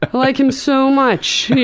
like him so much.